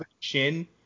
Chin